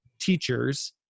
Teachers